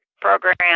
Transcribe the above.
program